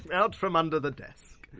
out from under the desk!